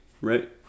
right